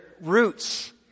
roots